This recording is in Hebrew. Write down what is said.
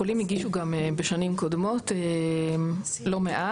חולים הגישו גם בשנים קודמות לא מעט.